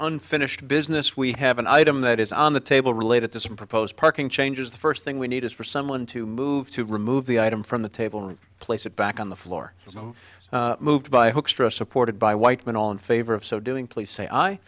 unfinished business we have an item that is on the table related to some proposed parking changes the first thing we need is for someone to move to remove the item from the table and place it back on the floor was moved by hoekstra supported by whiteman all in favor of so doing please say i